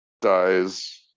dies